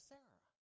Sarah